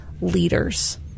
leaders